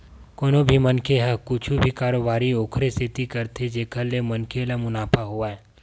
कोनो भी मनखे ह कुछु भी कारोबारी ओखरे सेती करथे जेखर ले मनखे ल मुनाफा होवय